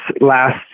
last